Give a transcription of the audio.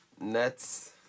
Nets